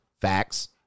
Facts